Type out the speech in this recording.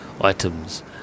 items